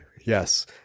Yes